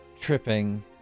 tripping